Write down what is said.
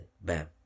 bam